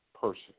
person